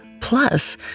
Plus